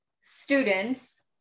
students